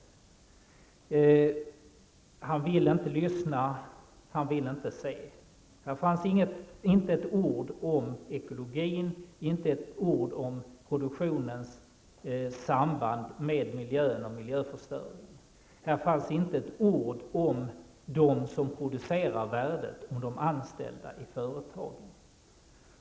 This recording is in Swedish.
Han vill inte lyssna, han vill inte se. Här fanns inte ett ord om ekologin, inte ett ord om produktionens samband med miljö och miljöförstöring. Här fanns inte ett ord om dem som producerar värdet, om de anställda i företagen.